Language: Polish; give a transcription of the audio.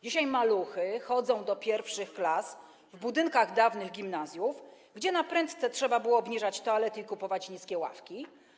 Dzisiaj maluchy chodzą do I klas w budynkach dawnych gimnazjów, gdzie naprędce trzeba było obniżać toalety i kupować niskie ławki.